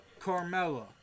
Carmella